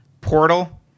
Portal